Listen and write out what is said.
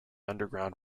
underground